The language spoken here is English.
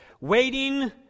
waiting